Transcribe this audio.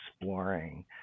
exploring